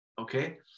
okay